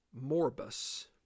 morbus